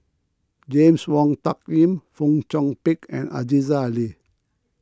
James Wong Tuck Yim Fong Chong Pik and Aziza Ali